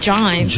John